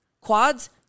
quads